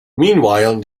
meanwhile